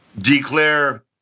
declare